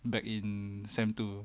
back in sem two